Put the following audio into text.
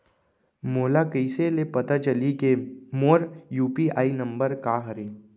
मोला कइसे ले पता चलही के मोर यू.पी.आई नंबर का हरे?